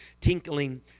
tinkling